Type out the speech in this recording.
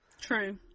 True